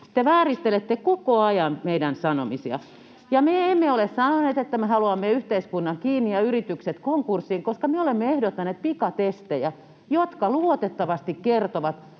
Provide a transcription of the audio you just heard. Te vääristelette koko ajan meidän sanomisiamme. Ja me emme ole sanoneet, että me haluamme yhteiskunnan kiinni ja yritykset konkurssiin, koska me olemme ehdottaneet pikatestejä, jotka luotettavasti kertovat,